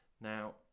Now